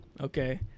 Okay